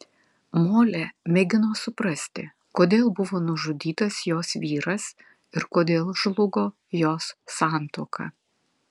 molė mėgino suprasti kodėl buvo nužudytas jos vyras ir kodėl žlugo jos santuoka